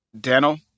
Daniel